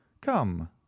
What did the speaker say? come